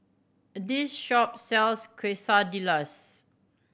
this shop sells Quesadillas